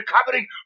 recovering